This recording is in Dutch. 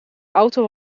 auto